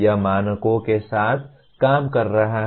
वह मानकों के साथ काम कर रहा है